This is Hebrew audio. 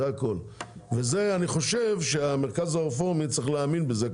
אני חושב שגם המרכז הרפורמי צריך להאמין בזה,